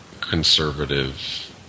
conservative